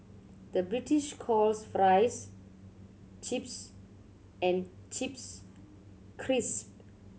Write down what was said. the British calls fries chips and chips